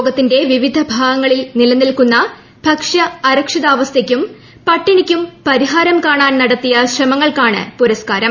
ലോകത്തിന്റെ വിവിധ ഭാഗങ്ങളിൽ നിലനിൽക്കുന്ന ഭക്ഷ്യ അരക്ഷിതാവസ്ഥയ്ക്കും പട്ടിണിക്കും പരിഹാരം കാണാൻ നടത്തിയ ശ്രമങ്ങൾക്കാണ് പുരസ്കാരം